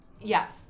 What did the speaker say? yes